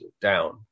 down